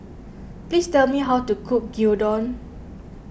please tell me how to cook Gyudon